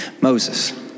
Moses